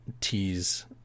tease